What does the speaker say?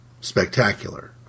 spectacular